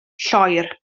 lloer